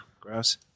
Gross